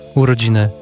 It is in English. urodziny